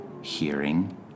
hearing